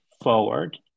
forward